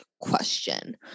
question